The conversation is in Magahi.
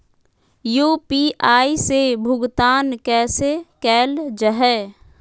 यू.पी.आई से भुगतान कैसे कैल जहै?